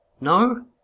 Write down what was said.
no